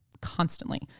constantly